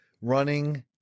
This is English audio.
running